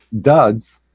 duds